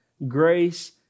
Grace